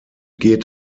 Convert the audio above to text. geht